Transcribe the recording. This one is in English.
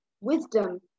wisdom